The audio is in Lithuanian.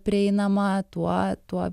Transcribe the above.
prieinama tuo tuo